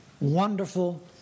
wonderful